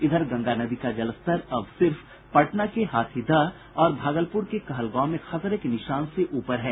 इधर गंगा नदी का जलस्तर अब सिर्फ पटना के हाथीदह और भागलपुर के कहलगांव में खतरे के निशान से ऊपर है